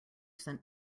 sent